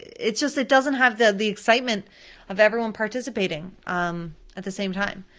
it just, it doesn't have the the excitement of everyone participating at the same time.